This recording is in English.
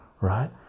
right